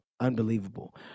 Unbelievable